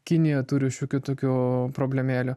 kinija turi šiokių tokių problemėlių